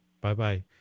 Bye-bye